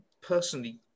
personally